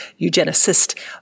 eugenicist